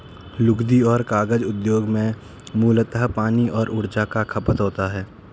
लुगदी और कागज उद्योग में मूलतः पानी और ऊर्जा का खपत होता है